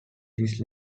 this